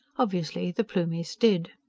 obviously, the plumies did.